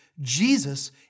Jesus